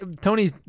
tony